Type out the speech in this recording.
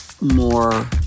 more